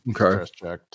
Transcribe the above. Okay